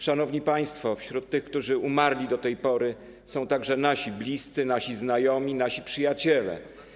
Szanowni państwo, wśród tych, którzy umarli do tej pory, są także nasi bliscy, nasi znajomi, nasi przyjaciele.